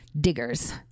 diggers